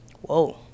Whoa